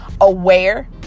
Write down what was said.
aware